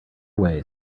away